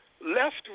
left